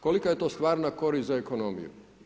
Kolika je to stvarna korist za ekonomiju?